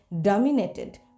dominated